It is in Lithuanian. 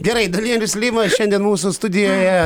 gerai danielius lima šiandien mūsų studijoje